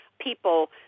people